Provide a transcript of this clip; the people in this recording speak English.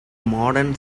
modern